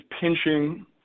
pinching